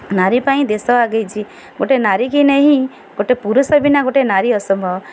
ନାରୀ ପାଇଁ ଦେଶ ଆଗେଇଛି ଗୋଟେ ନାରୀକୁ ନେଇ ହିଁ ଗୋଟେ ପୁରୁଷ ବିନା ଗୋଟେ ନାରୀ ଅସମ୍ଭବ